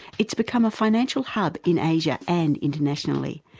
it's become a financial hub in asia and internationally,